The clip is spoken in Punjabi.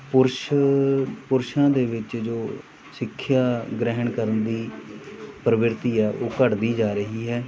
ਪੁਰਸ਼ ਪੁਰਸ਼ਾਂ ਦੇ ਵਿੱਚ ਜੋ ਸਿੱਖਿਆ ਗ੍ਰਹਿਣ ਕਰਨ ਦੀ ਪ੍ਰਵਿਰਤੀ ਹੈ ਉਹ ਘੱਟਦੀ ਜਾ ਰਹੀ ਹੈ